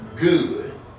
good